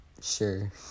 Sure